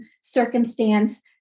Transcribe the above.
circumstance